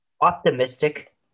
optimistic